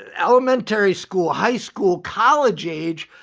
elementary school, high school, college age,